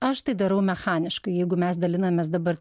aš tai darau mechaniškai jeigu mes dalinamės dabar